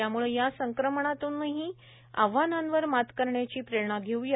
त्याम्ळे या संक्रमणातूनही आव्हांनांवर मात करण्याची प्रेरणा घेऊया